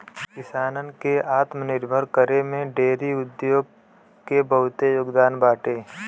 किसानन के आत्मनिर्भर करे में डेयरी उद्योग के बहुते योगदान बाटे